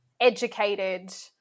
educated